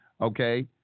Okay